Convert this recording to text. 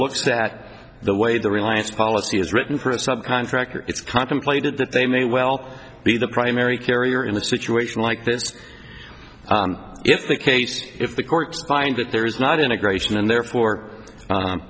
looks back the way the reliance policy is written per sub contractor it's contemplated that they may well be the primary carrier in a situation like this if the case if the courts find that there is not integration and